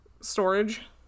storage